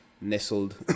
nestled